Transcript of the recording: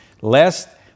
lest